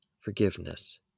Forgiveness